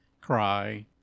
cry